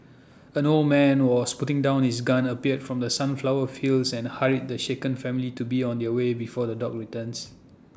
an old man was putting down his gun appeared from the sunflower fields and hurried the shaken family to be on their way before the dogs returns